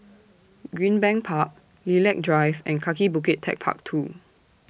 Greenbank Park Lilac Drive and Kaki Bukit Techpark two